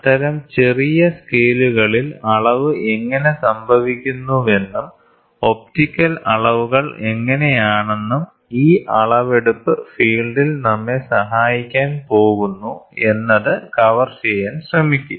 അത്തരം ചെറിയ സ്കെയിലുകളിൽ അളവ് എങ്ങനെ സംഭവിക്കുന്നുവെന്നും ഒപ്റ്റിക്കൽ അളവുകൾ എങ്ങനെയാണെന്നും ഈ അളവെടുപ്പ് ഫീൽഡിൽ നമ്മെ സഹായിക്കാൻ പോകുന്നു എന്നത് കവർ ചെയ്യാൻ ശ്രമിക്കും